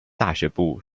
大学部